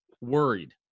worried